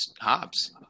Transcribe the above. Hobbs